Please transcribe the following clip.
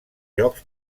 jocs